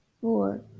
Four